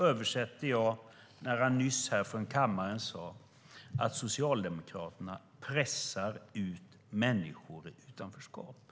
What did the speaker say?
Nu sade Anders Borg från talarstolen att Socialdemokraterna pressar ut människor i utanförskap.